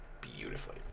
beautifully